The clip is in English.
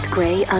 Gray